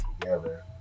together